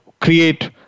create